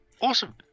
Awesome